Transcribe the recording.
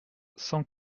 cent